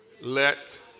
Let